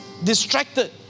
distracted